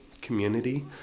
community